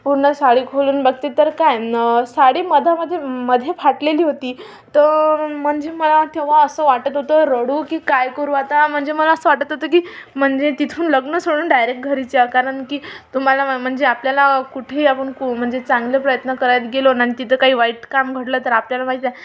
पूर्ण साडी खोलून बघते तर काय न साडी मधामधी मध्ये फाटलेली होती तर म्हणजे मला तेव्हा असं वाटत होतं रडू की काय करू आता म्हणजे मला असं वाटत होतं की म्हणजे तिथून लग्न सोडून डायरेक्ट घरीच यावं कारण की तुम्हाला म्हणजे आपल्याला कुठेही आपण कु म्हणजे चांगलं प्रयत्न करायला गेलो आणि तिथं काही वाईट काम घडलं तर आपल्याला माहिती आहे